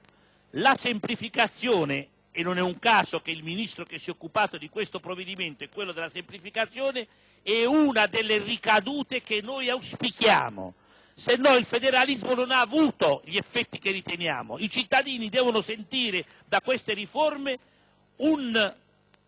la semplificazione - e non è un caso che il Ministro che si è occupato di questo provvedimento è quello della semplificazione - è una delle ricadute che auspichiamo, altrimenti il federalismo non avrà avuto gli effetti che riteniamo opportuni. I cittadini devono sentire da queste riforme un